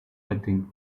nothing